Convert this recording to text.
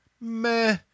meh